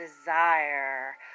desire